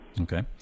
Okay